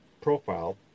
profile